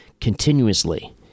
continuously